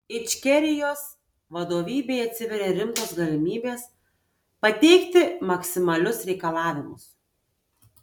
ičkerijos vadovybei atsiveria rimtos galimybės pateikti maksimalius reikalavimus